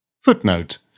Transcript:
Footnote